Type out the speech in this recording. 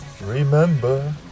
Remember